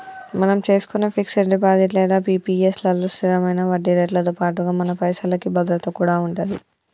మనం చేసుకునే fix deposit లేదా పి.పి.ఎస్ లలో స్థిరమైన వడ్డీరేట్లతో పాటుగా మన పైసలకి భద్రత కూడా ఉంటది